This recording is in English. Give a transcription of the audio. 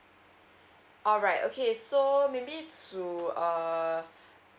alright okay so maybe to err